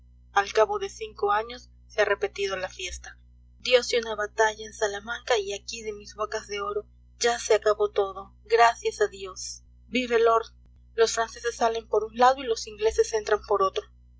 al cabo de cinco años se ha repetido la fiesta diose una batalla en salamanca y aquí de mis bocas de oro ya se acabó todo gracias a dios viva el lord los franceses salen por un lado y los ingleses entran por otro